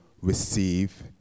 receive